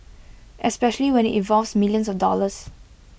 especially when IT involves millions of dollars